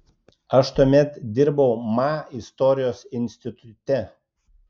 aš tuomet dirbau ma istorijos institute